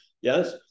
Yes